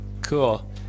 cool